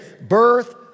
birth